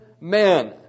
man